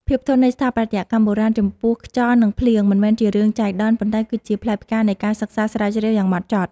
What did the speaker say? ភាពធន់នៃស្ថាបត្យកម្មបុរាណចំពោះខ្យល់ និង ភ្លៀងមិនមែនជារឿងចៃដន្យ ប៉ុន្តែគឺជាផ្លែផ្កានៃការសិក្សាស្រាវជ្រាវយ៉ាងហ្មត់ចត់។